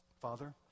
Father